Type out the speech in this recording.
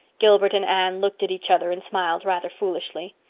gilbert and anne looked at each other and smiled rather foolishly.